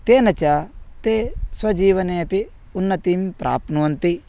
तेन च ते स्वजीवने अपि उन्नतिं प्राप्नुवन्ति